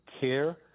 care